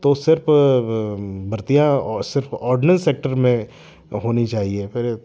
तो सिर्फ भर्तियाँ और सिर्फ ऑर्डिनेन्स सेक्टर में होनी चाहिए फिर